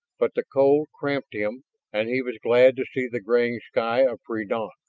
but the cold cramped him and he was glad to see the graying sky of pre-dawn.